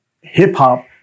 hip-hop